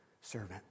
servant